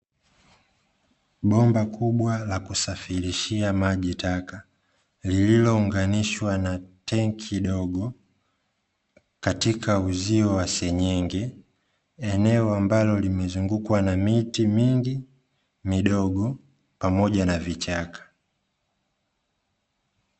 Bomba kubwa la kusafirishia maji taka lililounganishwa na tenki dogo katika uzio wa senyenge, eneo ambalo limezungukwa na miti mingi midogo pamoja na vichaka.